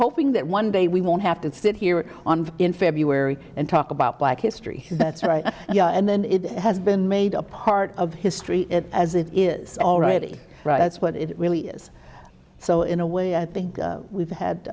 hoping that one day we won't have to sit here on in february and talk about black history that's right and then it has been made a part of history as it is already that's what it really is so in a way i think we've had